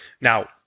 Now